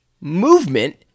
Movement